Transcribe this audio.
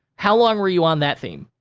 how long were you on that theme?